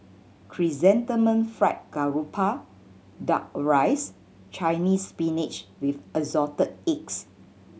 Chrysanthemum Fried Garoupa Duck Rice Chinese Spinach with Assorted Eggs